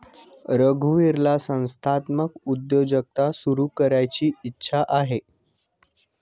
रघुवीरला संस्थात्मक उद्योजकता सुरू करायची इच्छा आहे